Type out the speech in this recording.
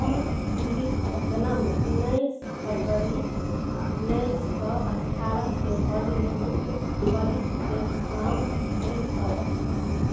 मैकजीलक जन्म उन्नैस फरवरी उन्नैस सओ अठारह कए हॉलीवुड कौलीफिकेशनोमे भेल अछि